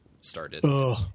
started